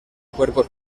cuerpos